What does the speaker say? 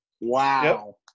Wow